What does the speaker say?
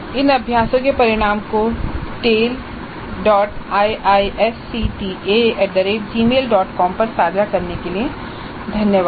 इन अभ्यासों के परिणामों को taleiisctagmailcom पर साझा करने के लिए धन्यवाद